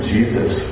Jesus